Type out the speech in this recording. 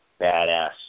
badass